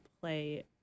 play